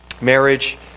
marriage